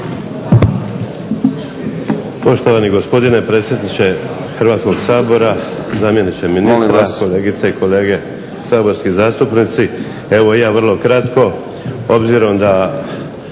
Poštovani gospodine predsjedniče Hrvatskog sabora, zamjeniče ministra, kolegice i kolege saborski zastupnici. Evo ja vrlo kratko obzirom da